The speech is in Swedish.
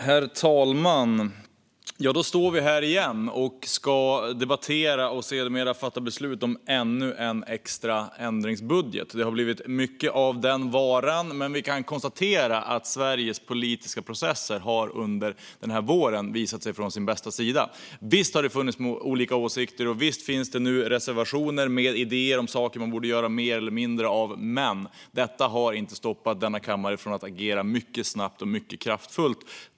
Herr talman! Då står vi här igen och ska debattera och sedermera fatta beslut om ännu en extra ändringsbudget. Det har blivit mycket av den varan, men vi kan konstatera att Sveriges politiska processer under den här våren har visat sig från sin bästa sida. Visst har det funnits olika åsikter, och visst finns det nu reservationer med idéer om saker man borde göra mer eller mindre av, men detta har inte stoppat denna kammare från att agera mycket snabbt och mycket kraftfullt.